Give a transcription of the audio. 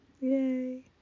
Yay